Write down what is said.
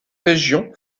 région